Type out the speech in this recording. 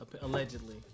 Allegedly